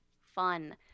Fun